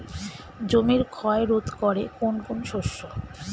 জমির ক্ষয় রোধ করে কোন কোন শস্য?